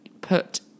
put